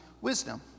wisdom